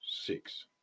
six